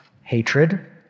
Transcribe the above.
hatred